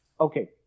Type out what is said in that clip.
Okay